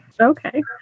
Okay